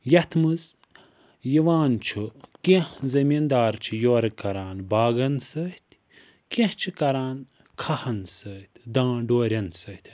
یَتھ منٛز یِوان چھُ کیٚنٛہہ زٔمیٖن دار چھِ یورٕ کَران باغَن سۭتۍ کیٚنٛہہ چھِ کَران کھاہَن سۭتۍ دان ڈورٮ۪ن سۭتٮ۪ن